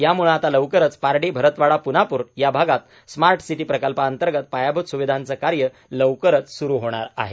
यामुळे आता लवकरच पारडी भरतवाडा पुनापूर या भागात स्मार्ट सिटी प्रकल्पांतर्गत पायाभूत सुविधांचे कार्य लक्करच सुरू होणार आहे